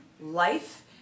life